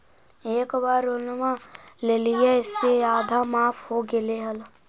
एक बार लोनवा लेलियै से आधा माफ हो गेले हल?